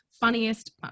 funniest